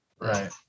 Right